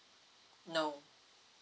no